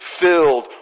filled